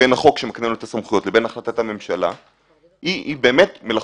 בין החוק שמקנה לנו את הסמכויות לבין החלטת הממשלה היא באמת מלאכותית.